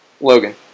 Logan